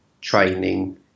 training